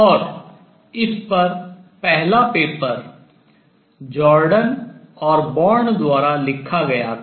और इस पर पहला पेपर जॉर्डन और बोर्न द्वारा लिखा गया था